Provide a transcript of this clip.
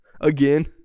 again